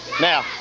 Now